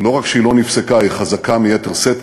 לא רק שהיא לא נפסקה, היא חזקה ביתר שאת.